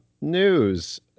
news